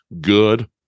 good